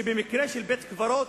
במקרה של בית-קברות